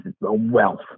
wealth